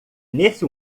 nesse